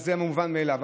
וזה מובן מאליו.